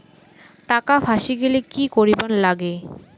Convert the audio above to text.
টাকা ফাঁসি গেলে কি করিবার লাগে?